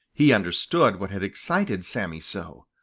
he understood what had excited sammy so.